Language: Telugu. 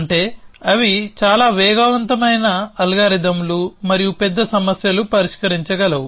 అంటే అవి చాలా వేగవంతమైన అల్గారిథమ్లు మరియు పెద్ద సమస్యలు పరిష్కరించగలవు